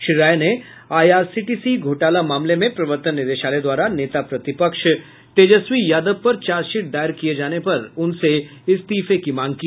श्री राय ने आईआरसीटीसी घोटाला मामले में प्रवर्तन निदेशालय द्वारा नेता प्रतिपक्ष तेजस्वी यादव पर चार्चशीट दायर किये जाने पर उनसे इस्तीफे की मांग की